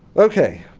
okay,